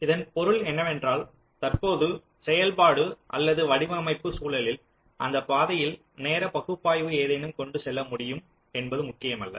இதன் பொருள் என்னவென்றால் தற்போது செயல்பாடு அல்லது வடிவமைப்பு சூழலில் அந்தப் பாதையில் நேரப் பகுப்பாய்வு ஏதேனும் கொண்டு செல்ல முடியும் என்பது முக்கியமல்ல